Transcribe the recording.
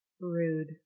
Rude